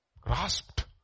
Grasped